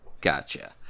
gotcha